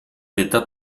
pietà